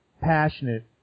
passionate